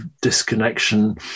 disconnection